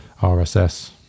RSS